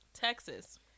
Texas